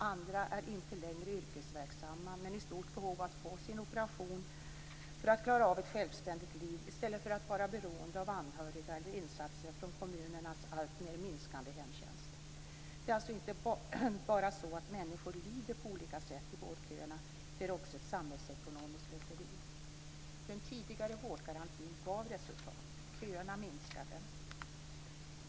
Andra är inte längre yrkesverksamma men i stort behov av att få sin operation för att klara av ett självständigt liv i stället för att vara beroende av anhöriga eller insatser från kommunernas alltmer minskande hemtjänst. Det är alltså inte bara så att människor lider på olika sätt i vårdköerna; det är också ett samhällsekonomiskt slöseri. Den tidigare vårdgarantin gav resultat. Köerna minskade.